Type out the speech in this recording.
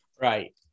Right